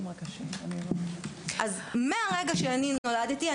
מהרגע שנולדתי,